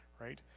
right